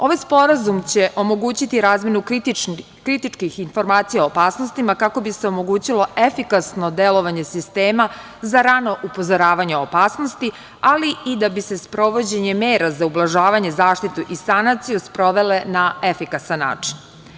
Ovaj sporazum će omogućiti razmenu kritičkih informacija o opasnostima kako bi se omogućilo efikasno delovanje sistema za rano upozoravanje na opasnosti, ali i da bi se sprovođenje mera za ublažavanje, zaštitu i sanaciju sprovele na efikasan način.